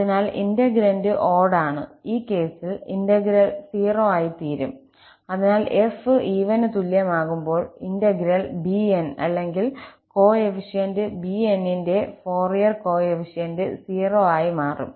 അതിനാൽ integrand odd ആണ് ഈ കേസിൽ ഇന്റഗ്രൽ 0 ആയിത്തീരും അതിനാൽ 𝑓 ഈവൻ തുല്യമാകുമ്പോൾ ഇന്റഗ്രൽ 𝑏n അല്ലെങ്കിൽ കോഎഫീഷ്യന്റ് bns ന്റെ ഫോറിയർ കോഎഫീഷ്യന്റ് 0 ആയി മാറും